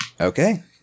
Okay